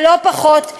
ולא פחות,